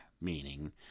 meaning